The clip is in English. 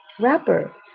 wrapper